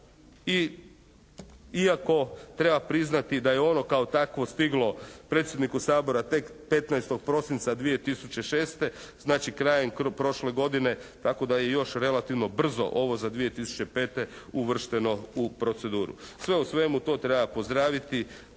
iako treba priznati da je ono kao takvo stiglo predsjedniku Sabora tek 15. prosinca 2006., znači krajem prošle godine tako da je još relativno brzo ovo za 2005. uvršteno u proceduru. Sve u svemu to treba pozdraviti,